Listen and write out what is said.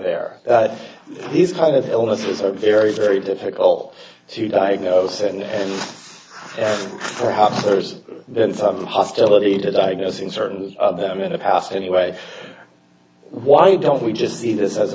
there that these kind of illnesses are very very difficult to diagnose and perhaps there's been some hostility to diagnosing certain of them in the past anyway why don't we just see this as